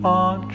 on